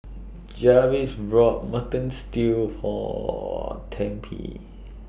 Jarvis bought Mutton Stew For Tempie